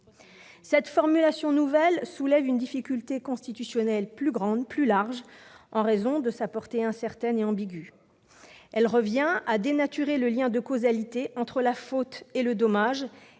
Cette formulation nouvelle soulève une difficulté constitutionnelle plus grande, en raison de sa portée incertaine et ambiguë. Elle revient à dénaturer le lien de causalité entre la faute et le dommage,